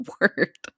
word